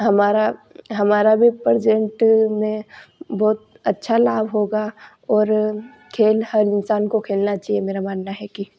हमारा हमारा भी प्रेजेंट में बहुत अच्छा लाभ होगा और खेल हर इन्सान को खेलना चाहिए मेरा मानना है कि